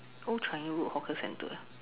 old changi road hawker center